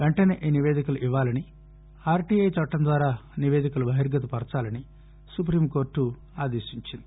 వెంటనే ఈ నివేదికలు ఇవ్వాలని ఆర్టీఐ చట్టం ద్వారా నివేదికలను బహిర్గత పర్చాలని సుప్రీం కోర్టు ఆదేశించింది